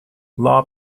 law